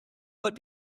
what